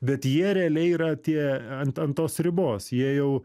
bet jie realiai yra tie ant ant tos ribos jie jau